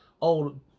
old